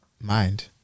Mind